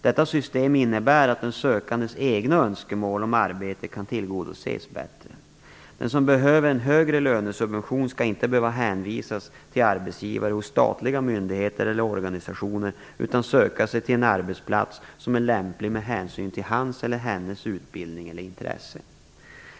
Detta system innebär att den sökandes egna önskemål om arbete kan tillgodoses bättre. Den som behöver en högre lönesubvention skall inte behöva hänvisas till arbetsgivare hos statliga myndigheter eller organisationer utan söka sig till en arbetsplats som är lämplig med hänsyn till hans eller hennes utbildning eller intresse.